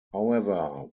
however